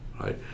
right